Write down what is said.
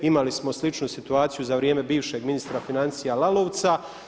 Imali smo sličnu situaciju za vrijeme bivšeg ministra financija Lalovca.